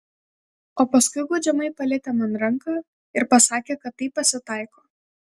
o paskui guodžiamai palietė man ranką ir pasakė kad taip pasitaiko